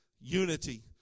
unity